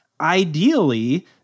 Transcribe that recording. ideally